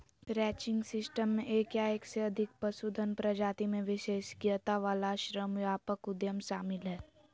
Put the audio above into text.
ranching system मे एक या एक से अधिक पशुधन प्रजाति मे विशेषज्ञता वला श्रमव्यापक उद्यम शामिल हय